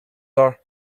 are